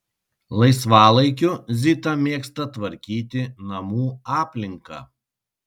laisvalaikiu zita mėgsta tvarkyti namų aplinką